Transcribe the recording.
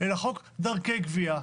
אלא חוק דרכי גבייה,